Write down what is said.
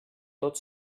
tot